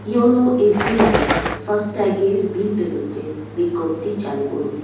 YONO S B I এ FASTag এর bill পেমেন্টের বিজ্ঞপ্তি চালু করুন